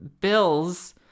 bills